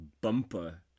bumper